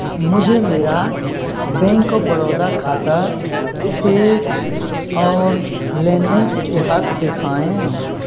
मुझे मेरा bank of Baroda खाता शेष और लेन देन इतिहास दिखाएँ